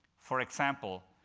for example,